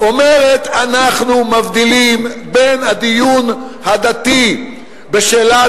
האומרת: אנחנו מבדילים בין הדיון הדתי בשאלת